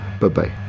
Bye-bye